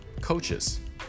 coaches